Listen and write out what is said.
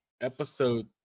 episode